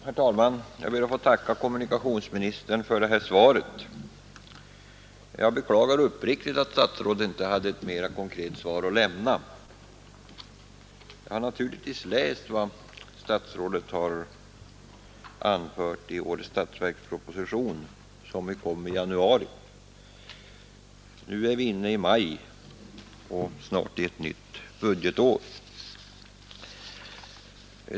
Herr talman! Jag ber att få tacka kommunikationsministern för svaret på min enkla fråga. Jag beklagar uppriktigt att statsrådet inte hade ett mera konkret svar att lämna. Jag har naturligtvis läst vad statsrådet har anfört i årets statsverksproposition, som ju kom i januari. Nu är vi inne i maj och snart i ett nytt budgetår.